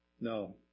No